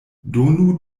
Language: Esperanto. donu